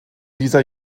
dieser